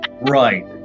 Right